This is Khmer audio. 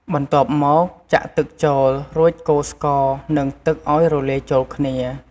បន្ទាប់មក ចាក់ទឹកចូល រួចកូរស្ករ និងទឹកឱ្យរលាយចូលគ្នា។